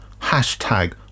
hashtag